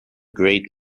grade